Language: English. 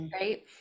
right